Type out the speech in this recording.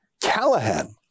Callahan